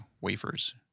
wafers